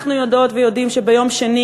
אנחנו יודעות ויודעים שביום שני,